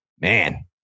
man